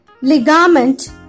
ligament